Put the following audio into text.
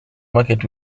market